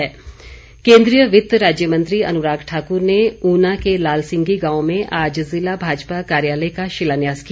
अनुराग ठाकुर केन्द्रीय वित्त राज्य मंत्री अनुराग ठाकुर ने ऊना के लालसिंगी गांव में आज ज़िला भाजपा कार्यालय का शिलान्यास किया